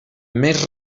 més